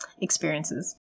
experiences